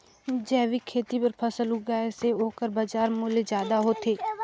जैविक खेती बर फसल उगाए से ओकर बाजार मूल्य ज्यादा होथे